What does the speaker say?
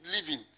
living